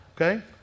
Okay